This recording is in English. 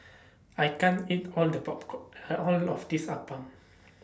I can't eat All The Popcorn All of This Appam